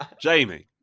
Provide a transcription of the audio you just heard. Jamie